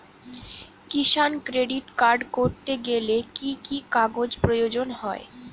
কিষান credit card করতে গেলে কি কি কাগজ প্রয়োজন হয়?